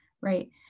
Right